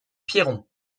piron